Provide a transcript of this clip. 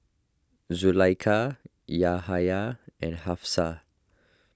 Zulaikha Yahaya and Hafsa